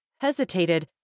hesitated